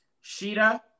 Sheeta